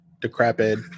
decrepit